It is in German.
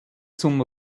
zum